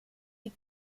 die